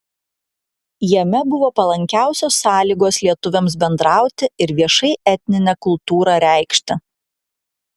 jame buvo palankiausios sąlygos lietuviams bendrauti ir viešai etninę kultūrą reikšti